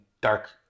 dark